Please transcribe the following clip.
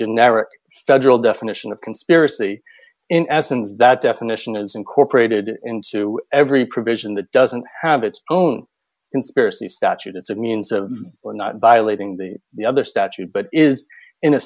generic federal definition of conspiracy in essence that definition is incorporated into every provision that doesn't have its own conspiracy statute it's a means to or not violating the the other statute but is in a